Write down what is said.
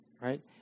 right